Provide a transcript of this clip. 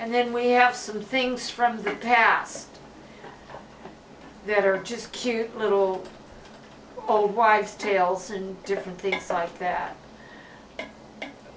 and then we have some things from the past that are just cute little old wives tales and different things aside